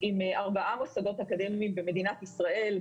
עם ארבעה מוסדות אקדמיים במדינת ישראל,